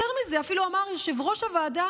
יותר מזה, הוא אפילו אמר: יושב-ראש הוועדה